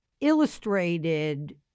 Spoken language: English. illustrated